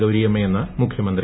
ഗൌരിയമ്മയെന്ന് മുഖൃമന്ത്രി